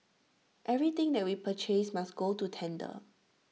everything that we purchase must go to tender